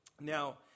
Now